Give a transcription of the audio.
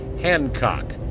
Hancock